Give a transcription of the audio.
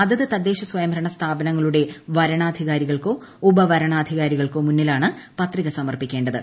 അതത് തദ്ദേശ സ്വയംഭരണ സ്ഥാപനങ്ങളുടെ വരണാധികാരികൾക്കോ ഉപ വരണാധികാരികൾക്കോ മുന്നിലാണ് പത്രിക സമർപ്പിക്കേണ്ടത്